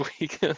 week